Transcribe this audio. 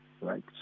right